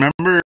remember